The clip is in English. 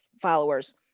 followers